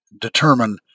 determine